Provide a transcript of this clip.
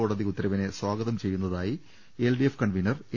കോടതി ഉത്തരവിനെ സ്വാഗതം ചെയ്യുന്ന തായി എൽഡിഎഫ് കൺവീനർ എ